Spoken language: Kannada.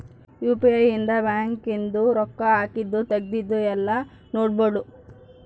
ಯು.ಪಿ.ಐ ಇಂದ ಬ್ಯಾಂಕ್ ಇಂದು ರೊಕ್ಕ ಹಾಕಿದ್ದು ತೆಗ್ದಿದ್ದು ಯೆಲ್ಲ ನೋಡ್ಬೊಡು